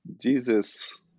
Jesus